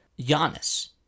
Giannis